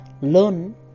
Learn